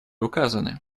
указаны